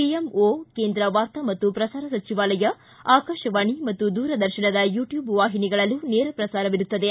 ಪಿಎಂಬ ಕೇಂದ್ರ ವಾರ್ತಾ ಮತ್ತು ಪ್ರಸಾರ ಸಚಿವಾಲಯ ಆಕಾಶವಾಣಿ ಮತ್ತು ದೂರದರ್ಶನದ ಯೂಟ್ಟೂಬ್ ವಾಹಿನಿಗಳಲ್ಲೂ ನೇರ ಪ್ರಸಾರವಿರುತ್ತದೆ